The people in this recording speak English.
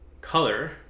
color